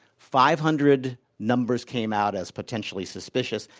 five hundred numbers came out as potentially suspicious.